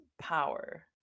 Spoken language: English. power